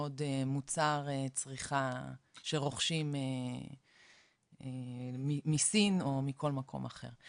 מוצר צריכה שרוכשים מסין או מכל מקום אחר.